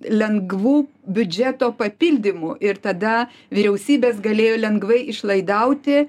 lengvu biudžeto papildymų ir tada vyriausybės galėjo lengvai išlaidauti